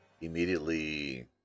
immediately